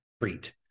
treat